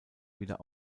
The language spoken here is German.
wieder